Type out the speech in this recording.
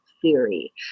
theory